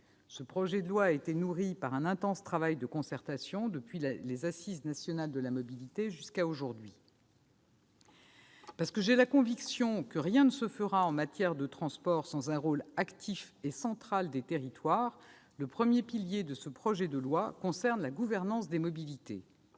Ce projet de loi a été nourri par un intense travail de concertation depuis les Assises nationales de la mobilité jusqu'à aujourd'hui. Parce que j'ai la conviction que rien ne se fera en matière de transports sans un rôle actif et central des territoires, le premier pilier de ce projet de loi concerne la gouvernance des mobilités.